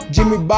Jimmy